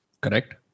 Correct